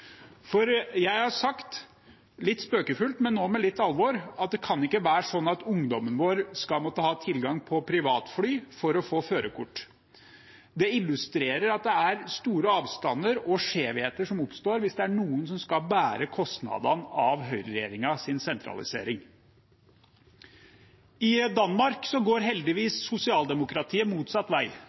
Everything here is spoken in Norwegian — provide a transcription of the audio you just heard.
Jeg har litt spøkefullt, men også med litt alvor, sagt at det kan ikke være sånn at ungdommen vår skal måtte ha tilgang på privatfly for å få førerkort. Det illustrerer at det er store avstander, og at skjevheter oppstår som kostnader av høyreregjeringens sentralisering. I Danmark går heldigvis sosialdemokratiet motsatt vei.